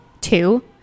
Two